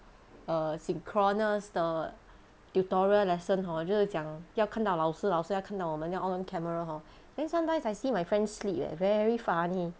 err synchronous the tutorial lesson hor 就是讲要看到老师老师要看到我们这样要 on camera hor then sometimes I see my friend sleep eh very funny